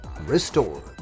restored